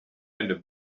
into